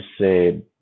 say